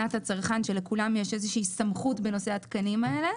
שלכולם יש איזושהי סמכות בנושא התקנים האלה,